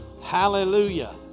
hallelujah